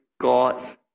God's